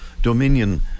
Dominion